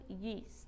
yeast